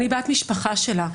אני בת משפחה שלה.